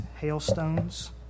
hailstones